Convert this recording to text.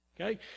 Okay